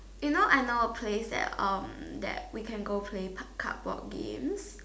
you know I know a place that um that we can go play cardboard games